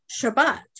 shabbat